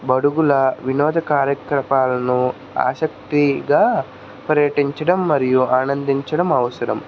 బడుగుల వినోద కార్యకలాపాలను ఆసక్తిగా పర్యటించడం మరియు ఆనందించడం అవసరం